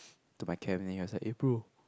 to my camp then he was like eh bro